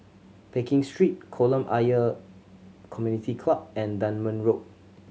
Pekin Street Kolam Ayer Community Club and Dunman Road